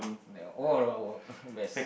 oh best